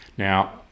Now